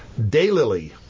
Daylily